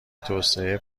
توسعه